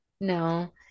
No